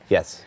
Yes